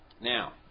Now